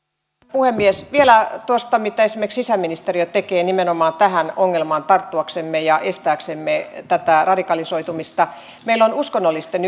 puhemies vielä tuosta mitä esimerkiksi sisäministeriö tekee nimenomaan tähän ongelmaan tarttuaksemme ja estääksemme tätä radikalisoitumista meillä on uskonnollisten